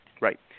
Right